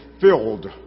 filled